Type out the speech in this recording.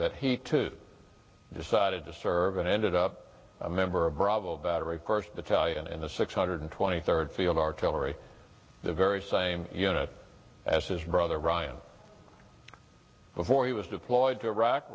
that he too decided to serve and ended up a member of bravo battery of course the talian and the six hundred twenty third field artillery the very same unit as his brother ryan before he was deployed to iraq